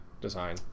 design